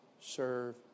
serve